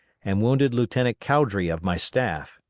and wounded lieutenant cowdry of my staff.